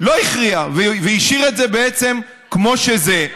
לא הכריע, והשאיר את זה בעצם כמו שזה.